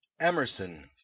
emerson